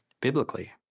biblically